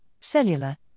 cellular